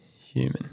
human